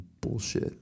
Bullshit